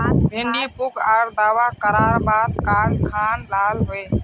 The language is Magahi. भिन्डी पुक आर दावा करार बात गाज खान लाल होए?